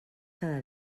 cada